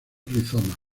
rizomas